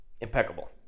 impeccable